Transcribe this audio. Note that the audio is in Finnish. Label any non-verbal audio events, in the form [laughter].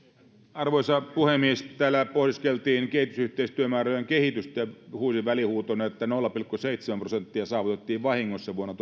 arvoisa puhemies täällä pohdiskeltiin kehitysyhteistyömäärärahojen kehitystä huusin välihuutona että nolla pilkku seitsemän prosenttia saavutettiin vahingossa vuonna [unintelligible]